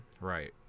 Right